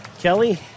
Kelly